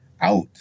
out